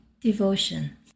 devotion